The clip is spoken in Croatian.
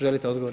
Želite odgovor?